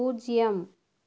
பூஜ்ஜியம்